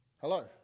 Hello